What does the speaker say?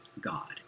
God